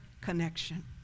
connection